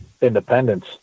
Independence